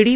D